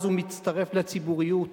אז הוא מצטרף לציבוריות.